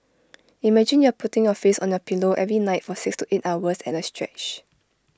imagine you're putting your face on your pillow every night for six to eight hours at A stretch